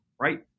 right